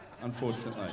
Unfortunately